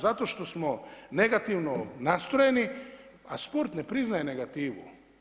Zato što smo negativno nastrojeni, a sport ne priznaje negativu.